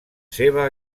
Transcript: seva